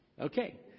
Okay